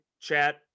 chat